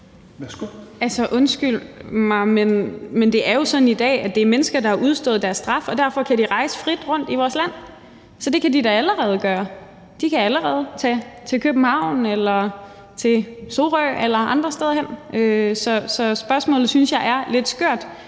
Altså, undskyld mig, men det er jo sådan i dag, at det er mennesker, der har udstået deres straf, og derfor kan de rejse frit rundt i vores land. Så det kan de da allerede gøre – de kan allerede tage til København eller til Sorø eller tage andre steder hen, så spørgsmålet synes jeg er lidt skørt.